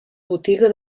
botiga